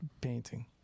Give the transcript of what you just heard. painting